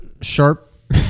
Sharp